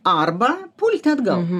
arba pulti atgal